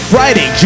Friday